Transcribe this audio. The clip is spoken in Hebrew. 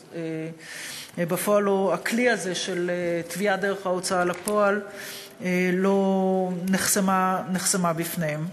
אז בפועל הכלי הזה של תביעה דרך ההוצאה לפועל נחסם בפניהם.